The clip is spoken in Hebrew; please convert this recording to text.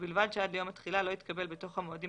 ובלבד שעד ליום התחילה לא התקבל בתוך המועדים